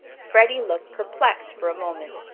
freddie looked perplexed for a moment.